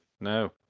No